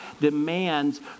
demands